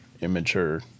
immature